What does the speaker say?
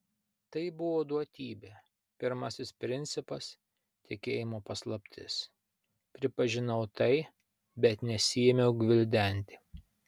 tai buvo duotybė pirmasis principas tikėjimo paslaptis pripažinau tai bet nesiėmiau gvildenti